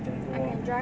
then go lor